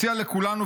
מציע לכולנו,